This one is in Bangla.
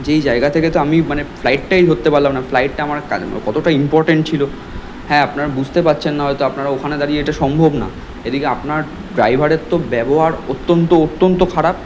যেই জায়গা থেকে তো আমি মানে ফ্লাইটটাই ধরতে পারলাম না ফ্লাইটটা আমার কা কতটা ইম্পর্টেন্ট ছিল হ্যাঁ আপনারা বুঝতে পারছেন না হয়তো আপনারা ওখানে দাঁড়িয়ে এটা সম্ভব না এদিকে আপনার ড্রাইভারের তো ব্যবহার অত্যন্ত অত্যন্ত খারাপ